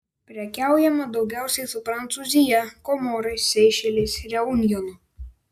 prekiaujama daugiausiai su prancūzija komorais seišeliais reunjonu